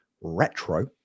retro